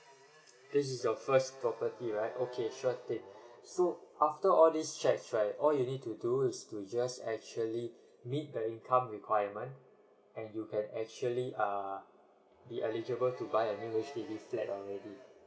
this is your first property right okay sure thing so after all these checks right all you need to do is to just actually meet the income requirement and you can actually uh be eligible to buy a new H_D_B flat already